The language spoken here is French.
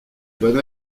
bonne